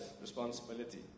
responsibility